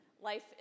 life